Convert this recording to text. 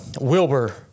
Wilbur